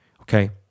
Okay